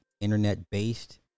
internet-based